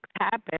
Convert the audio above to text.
happen